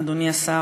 אדוני השר,